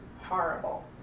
Horrible